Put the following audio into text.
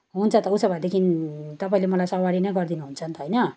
हुन्छ त उसो भएदेखि तपाईँले मलाई सवारी नै गरिदिनुहुन्छ नि त होइन